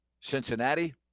Cincinnati